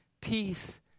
peace